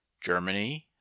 Germany